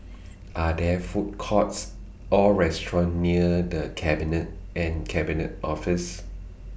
Are There Food Courts Or restaurants near The Cabinet and Cabinet Office